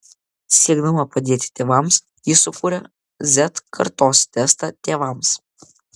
siekdama padėti tėvams ji sukūrė z kartos testą tėvams